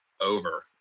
over